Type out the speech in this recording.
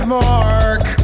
mark